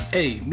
Hey